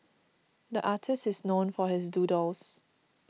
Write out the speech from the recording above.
the artist is known for his doodles